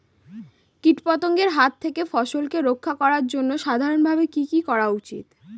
কীটপতঙ্গের হাত থেকে ফসলকে রক্ষা করার জন্য সাধারণভাবে কি কি করা উচিৎ?